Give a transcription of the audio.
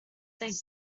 think